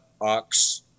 Ox